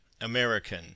american